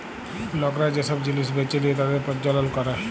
লকরা যে সব জিলিস বেঁচে লিয়ে তাদের প্রজ্বলল ক্যরে